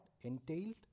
entailed